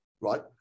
right